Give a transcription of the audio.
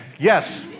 Yes